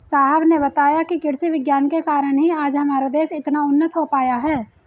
साहब ने बताया कि कृषि विज्ञान के कारण ही आज हमारा देश इतना उन्नत हो पाया है